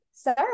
Sarah